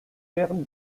perdent